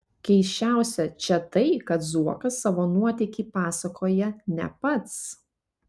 keisčiausia čia tai kad zuokas savo nuotykį pasakoja ne pats